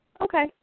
Okay